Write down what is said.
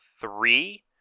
three